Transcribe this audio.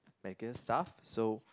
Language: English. like a staff so